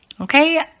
Okay